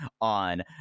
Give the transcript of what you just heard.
on